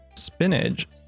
spinach